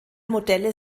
modelle